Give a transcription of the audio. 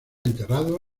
enterrado